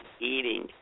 eating